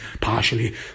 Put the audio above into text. partially